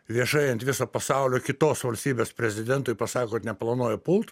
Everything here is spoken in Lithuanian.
viešai ant viso pasaulio kitos valstybės prezidentui pasako kad neplanuoja pult